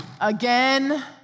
again